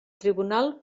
tribunal